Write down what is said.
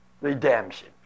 redemption